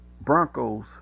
Broncos